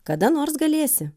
kada nors galėsi